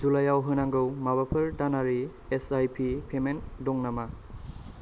जुलाइआव होंनागौ माबाफोर दानारि एस आइ पि पेमेन्ट दं नामा